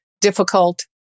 difficult